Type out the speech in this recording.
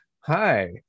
Hi